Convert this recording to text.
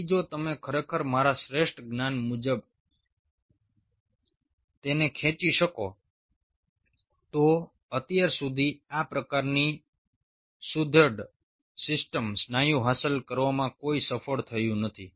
તેથી જો તમે ખરેખર મારા શ્રેષ્ઠ જ્ઞાન પ્મુજબ તેને ખેંચી શકો તો અત્યાર સુધી આ પ્રકારની સુઘડ સિસ્ટમ સ્નાયુ હાંસલ કરવામાં કોઈ સફળ થયું નથી